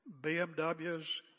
BMWs